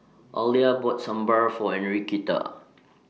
Alia bought Sambar For Enriqueta